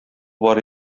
бар